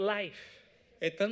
life